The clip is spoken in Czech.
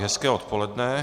Hezké odpoledne.